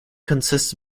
consists